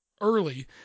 early